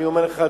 אני אומר לך,